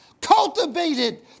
cultivated